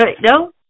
No